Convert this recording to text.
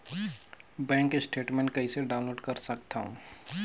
Bank statement कइसे download कर सकथव?